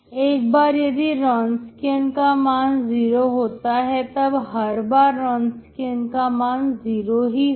एक बार यदि Wronskian का मान जीरो होता है तब हर बार Wronskian का मान 0 ही होगा